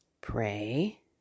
Pray